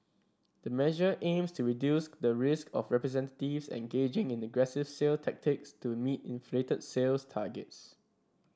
the measure aims to reduce the risk of representatives engaging in the aggressive sale tactics to meet inflated sales targets